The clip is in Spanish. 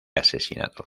asesinado